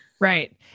right